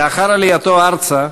לאחר עלייתו ארצה,